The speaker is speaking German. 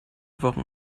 wochen